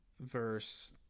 verse